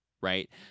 right